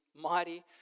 mighty